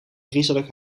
griezelig